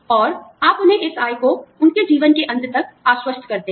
और आप उन्हें इस आय को उनके जीवन के अंत तक आश्वस्त करते हैं